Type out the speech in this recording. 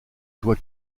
toi